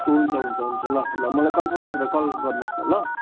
हुन्छ हुन्छ हुन्छ ल ल मलाई कन्फर्म गरेर कल गर्नुहोस् न ल